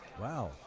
wow